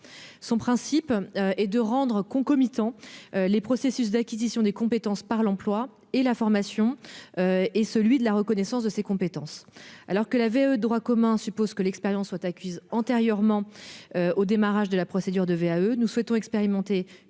Son principe est de rendre concomitants les processus d'acquisition des compétences par l'emploi et la formation, d'une part, et de reconnaissance des compétences, de l'autre. Alors que la VAE de droit commun suppose que l'expérience soit acquise antérieurement au démarrage de la procédure, nous souhaitons expérimenter